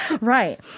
right